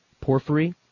Porphyry